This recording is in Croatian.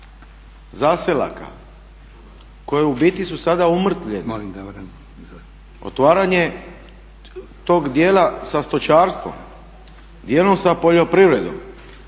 zaselaka koji u biti su sada umrtvljeni, otvaranje tog dijela sa stočarstvom, dijelom sa poljoprivredom,